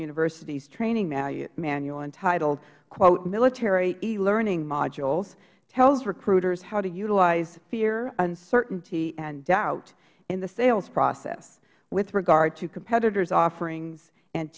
university's training manual entitled quote military elearning modules tells recruiters how to utilize fear uncertainty and doubt in the sales process with regard to competitors offerings and